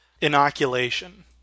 inoculation